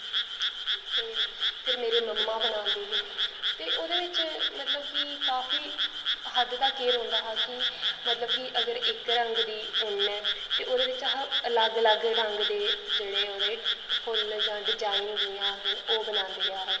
ते फिर मेरे मम्मा बनांदे हे ते ओह्दे बिच मतलब कि काफी हद्द तक एह् रौहंदा हा कि मतलब कि अगर इक रंग दी ऊन ऐ ते ओह्दे बिच अस अलग अलग रंग दे जेह्डे़ ओह्दे फुल्ल जां डिज़ाइन जि'यां आखदे न ओह् बनांदे हे अस